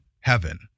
heaven